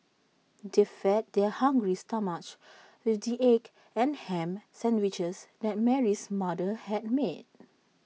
they fed their hungry stomachs with the egg and Ham Sandwiches that Mary's mother had made